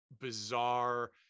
bizarre